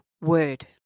word